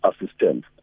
assistance